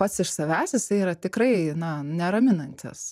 pats iš savęs jisai yra tikrai na neraminantis